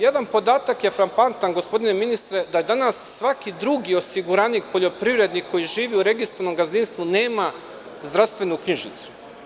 Jedan podatak je frapantan, gospodine ministre, da danas svaki drugi osiguranik poljoprivrednik koji živi u registrovanom gazdinstvu nema zdravstvenu knjižicu.